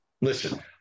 listen